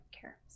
care